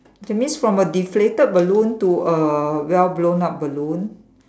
that means from a deflated balloon to a well blown up balloon